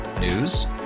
News